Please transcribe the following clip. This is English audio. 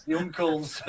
uncle's